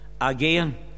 again